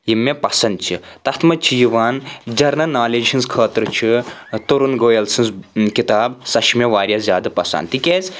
یِم مےٚ پسنٛد چھِ تَتھ منٛز چھِ یِوان جَنرَل نالَیج ہٕنٛز خٲطرٕ چھُ تُرُن گویَل سٕنٛز کِتاب سۄ چھِ مےٚ واریاہ زیادٕ پسنٛد تِکیٛازِ